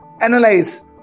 analyze